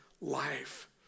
life